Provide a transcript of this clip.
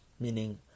Meaning